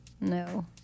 No